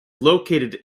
located